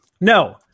No